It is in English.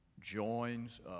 joins